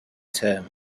term